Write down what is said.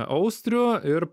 austrių ir